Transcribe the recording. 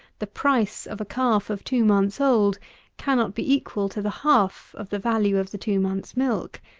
the price of a calf of two months old cannot be equal to the half of the value of the two months' milk.